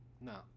No